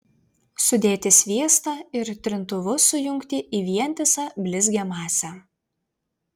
sudėti sviestą ir trintuvu sujungti į vientisą blizgią masę